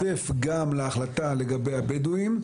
זה התווסף גם להחלטה לגבי הבדואים,